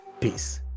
Peace